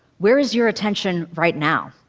where is your attention right now?